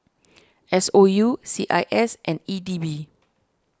S O U C I S and E D B